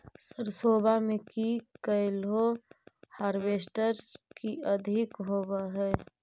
सरसोबा मे की कैलो हारबेसटर की अधिक होब है?